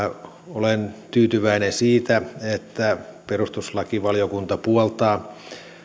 olen tyytyväinen siitä että perustuslakivaliokunta puoltaa